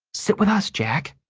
sit with us, jack.